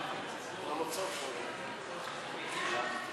גברתי היושבת בראש,